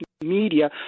media